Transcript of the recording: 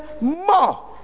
more